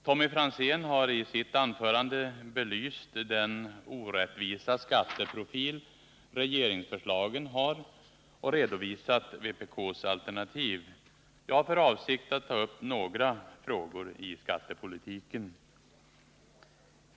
Tommy Franzén har i sitt anförande belyst den orättvisa skatteprofil regeringsförslagen har och redovisat vpk:s alternativ. Jag har för avsikt att ta upp några frågor i skattepolitiken.